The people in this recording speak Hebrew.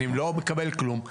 אני לא מקבל כלום.